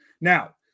Now